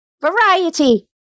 Variety